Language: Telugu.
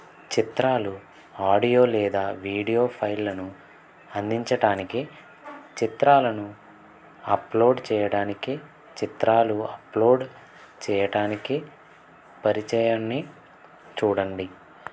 చిత్రాలు ఆడియో లేదా వీడియో ఫైళ్ళను అందించడానికి చిత్రాలను అప్లోడ్ చెయ్యడానికి చిత్రాలు అప్లోడ్ చెయ్యటానికి పరిచయంని చూడండి